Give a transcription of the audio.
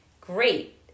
great